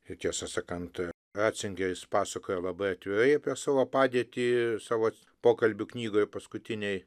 ir tiesą sakant racingeris pasakojo labai atvirai apie savo padėtį savo pokalbių knygoj paskutinėj